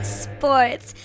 sports